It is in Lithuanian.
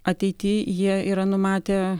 ateity jie yra numatę